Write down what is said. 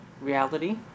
reality